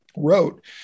wrote